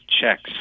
checks